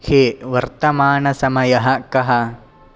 हे वर्तमानसमयः कः